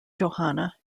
johanna